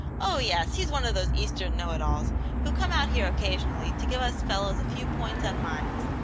oh, yes, he's one of those eastern know-it-alls who come out here occasionally to give us fellows a few points on mines.